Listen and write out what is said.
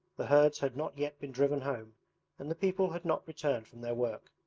the herds had not yet been driven home and the people had not returned from their work.